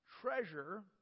treasure